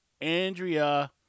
Andrea